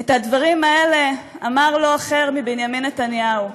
את הדברים האלה אמר לא אחר מבנימין נתניהו.